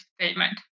statement